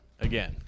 again